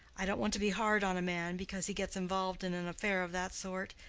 i don't want to be hard on a man because he gets involved in an affair of that sort.